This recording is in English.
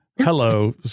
Hello